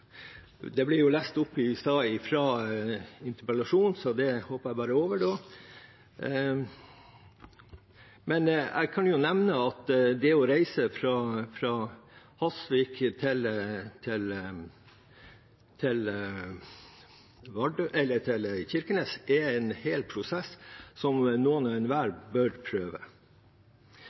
Det ble lest opp i stad fra interpellasjonsteksten, så det hopper jeg over nå, men jeg kan jo nevne at det å reise fra Hasvik til Kirkenes er en hel prosess, noe som noen hver bør prøve.